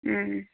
ও